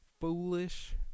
foolish